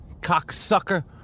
Cocksucker